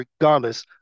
regardless